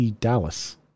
Dallas